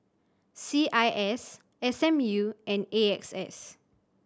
C I S S M U and A X S